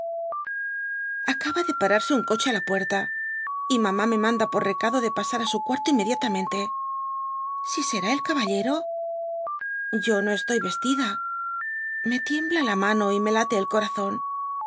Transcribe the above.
acaba de pararse un coche á la puerta y mamá me manda por recado de pasar á su cuarto inmediatamente si será el caballero yo no estoy vestida me tiembla la mano y me late el corazón